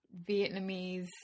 Vietnamese